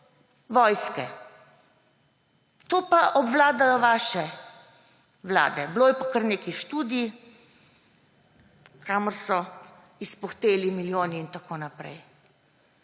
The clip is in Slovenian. vojske. To pa obvladajo vaše vlade. Bilo je pa kar nekaj študij, kamor so izpuhteli milijoni, in tako naprej.